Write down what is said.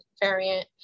variant